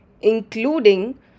including